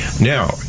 Now